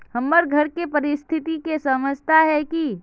हमर घर के परिस्थिति के समझता है की?